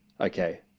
Okay